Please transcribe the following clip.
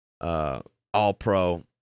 all-pro